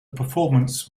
performance